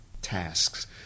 Tasks